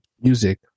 music